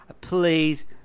Please